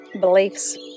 beliefs